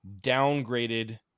downgraded